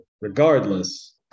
regardless